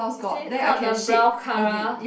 is it called the brown Kara